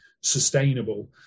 sustainable